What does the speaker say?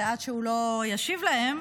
ועד שהוא לא ישיב להם,